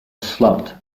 slumped